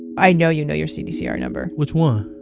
i know you know your cdcr number which one?